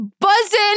buzzing